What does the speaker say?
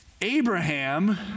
Abraham